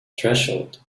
threshold